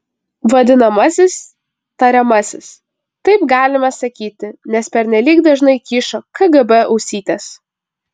vadinamasis tariamasis taip galime sakyti nes pernelyg dažnai kyšo kgb ausytės